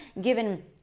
given